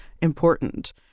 important